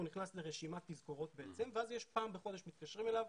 הוא נכנס לרשימת תזכורות ואז פעם בחודש מתקשרים אליו.